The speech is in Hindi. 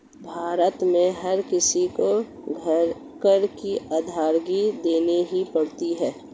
भारत में हर किसी को कर की अदायगी देनी ही पड़ती है